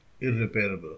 irreparable